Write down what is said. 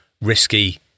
risky